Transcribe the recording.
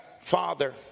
father